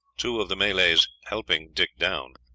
two of the malays helping dick down.